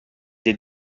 des